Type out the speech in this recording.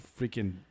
freaking